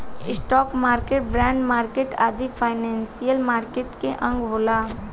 stock market, bond market आदि financial market के अंग होला